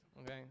okay